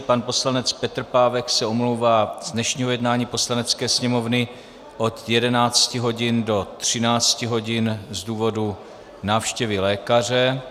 Pan poslanec Petr Pávek se omlouvá z dnešního jednání Poslanecké sněmovny od 11 hodin do 13 hodin z důvodu návštěvy lékaře.